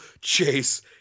chase